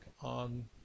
on